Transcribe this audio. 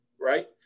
Right